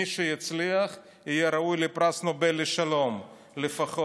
מי שיצליח יהיה ראוי לפרס נובל לשלום לפחות.